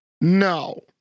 No